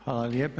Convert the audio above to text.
Hvala lijepa.